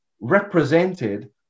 represented